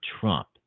Trump